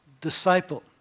disciple